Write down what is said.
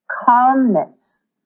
calmness